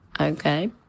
okay